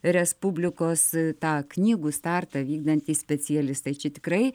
respublikos tą knygų startą vykdantys specialistai čia tikrai